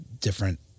different